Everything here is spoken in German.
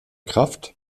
kraft